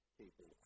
people